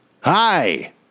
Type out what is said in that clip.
Hi